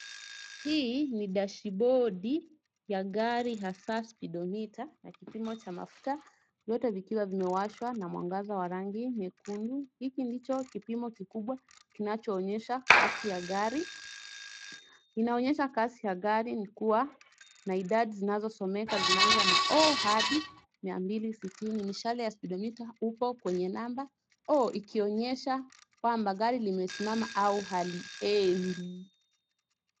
Hii ni dashibodi ya gari hasa spidomita na kipimo cha mafuta vyote vikiwa vimewashwa na mwangaza wa rangi nyekundu. Hiki ndicho kipimo kikubwa kinachoonyesha kasi ya gari. Inaonyesha kasi ya gari kwa kuwa na idadi zinazosomeka zinaanza na 0 hadi mia mbili sitini. Mishale ya spidomita upo kwenye namba 0 ikionyesha kwamba gari limesimama au haliendi.